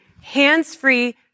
hands-free